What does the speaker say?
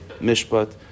Mishpat